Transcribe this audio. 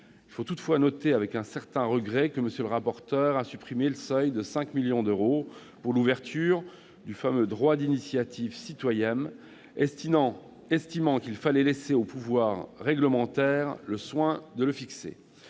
Il faut toutefois noter, avec un certain regret, que M. le rapporteur a supprimé le seuil de 5 millions d'euros à partir duquel est ouvert le désormais fameux droit d'initiative citoyenne. Il a en effet estimé qu'il fallait laisser au pouvoir réglementaire le soin de le fixer.